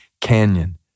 Canyon